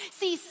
see